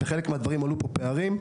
בחלק מהדברים עלו פה פערים.